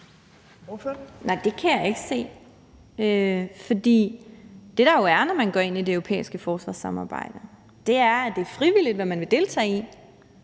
det kan jeg ikke, for det, der jo er, når man går ind i det europæiske forsvarssamarbejde, er, at det er frivilligt, hvad man vil deltage i.